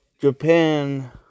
Japan